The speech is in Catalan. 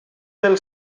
del